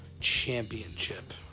Championship